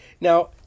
now